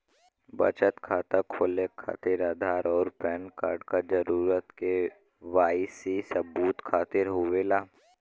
बचत खाता खोले खातिर आधार और पैनकार्ड क जरूरत के वाइ सी सबूत खातिर होवेला